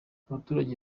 abaturage